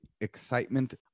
excitement